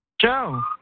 Joe